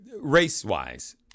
race-wise